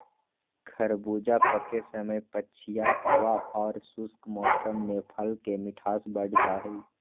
खरबूजा पके समय पछिया हवा आर शुष्क मौसम में फल के मिठास बढ़ जा हई